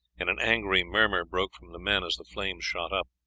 and an angry murmur broke from the men as the flames shot up.